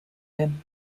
him